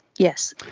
yes,